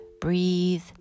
Breathe